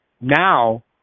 now